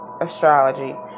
astrology